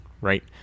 right